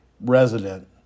resident